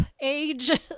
age